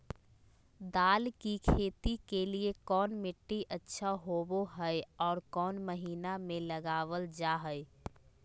दाल की खेती के लिए कौन मिट्टी अच्छा होबो हाय और कौन महीना में लगाबल जा हाय?